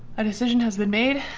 a decision has been made.